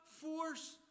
force